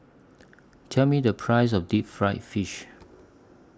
Tell Me The Price of Deep Fried Fish